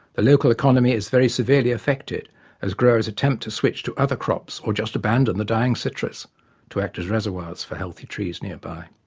the local economy is very severely affected as growers attempt to switch to other crops or just abandon the dying citrus to act as reservoirs for healthy trees nearby.